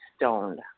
Stoned